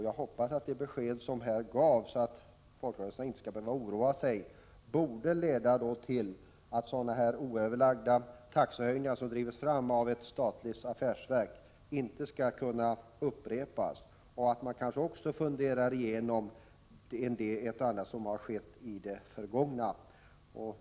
Jag hoppas att det besked som här gavs, att folkrörelserna inte skall behöva oroa sig, leder till att oöverlagda taxehöjningar av det här slaget som drivs fram av ett statligt affärsverk inte skall kunna upprepas. Kanske bör man också fundera över ett och annat från det förgångna.